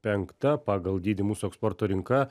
penkta pagal dydį mūsų eksporto rinka